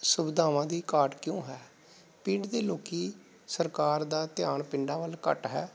ਸੁਵਿਧਾਵਾਂ ਦੀ ਘਾਟ ਕਿਉਂ ਹੈ ਪਿੰਡ ਦੇ ਲੋਕ ਸਰਕਾਰ ਦਾ ਧਿਆਨ ਪਿੰਡਾਂ ਵੱਲ ਘੱਟ ਹੈ